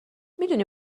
میدونی